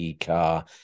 car